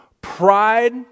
Pride